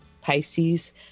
Pisces